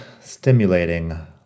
stimulating